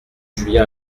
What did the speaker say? julien